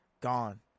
gone